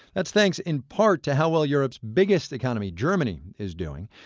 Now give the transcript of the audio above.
that's thanks in part to how well europe's biggest economy, germany, is doing.